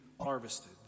harvested